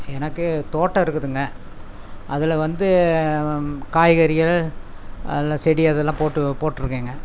எனக்கு தோட்டம் இருக்குதுங்க அதில் வந்து காய்கறிகள் அதில் செடி அதலாம் போட்டு போட்டிருக்கேங்க